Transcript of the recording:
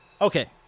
Okay